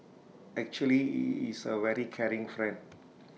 actually he is A very caring friend